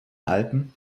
alpen